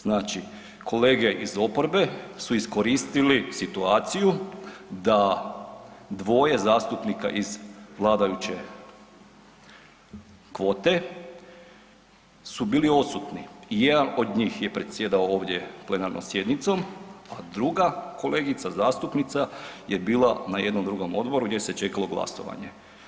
Znači, kolege iz oporbe su iskoristili situaciju da dvoje zastupnika iz vladajuće kvote su bili odsutni i jedan od njih je predsjedao ovdje plenarnom sjednicom a druga kolegica zastupnica je bila na jednom drugom odboru gdje se čekalo glasovanje.